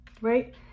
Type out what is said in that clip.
right